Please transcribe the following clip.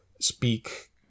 speak